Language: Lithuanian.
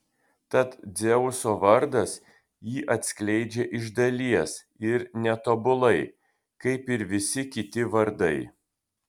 tad dzeuso vardas jį atskleidžia iš dalies ir netobulai kaip ir visi kiti vardai